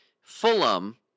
Fulham